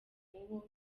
mubo